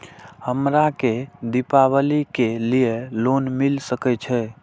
हमरा के दीपावली के लीऐ लोन मिल सके छे?